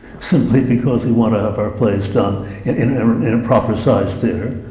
simply because we want to have our plays done in in a proper-sized theatre,